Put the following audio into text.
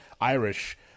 Irish